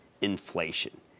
inflation